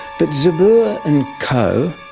but zabur and co,